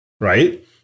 right